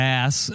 ass